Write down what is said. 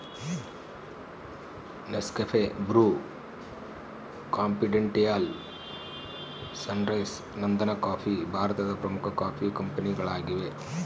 Nescafe, Bru, confidential, Sunrise, ನಂದನಕಾಫಿ ಭಾರತದ ಪ್ರಮುಖ ಕಾಫಿ ಕಂಪನಿಗಳಾಗಿವೆ